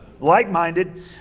like-minded